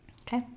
Okay